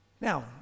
Now